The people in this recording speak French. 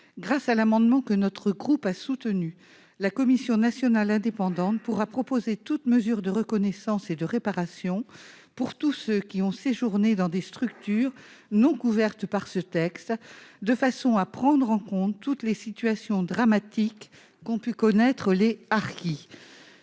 de l'amendement que notre groupe a soutenu permettra à la commission nationale indépendante de proposer toute mesure de reconnaissance et de réparation pour tous ceux qui ont séjourné dans des structures non couvertes par le texte, afin de prendre en compte toutes les situations dramatiques qu'ont pu connaître les harkis.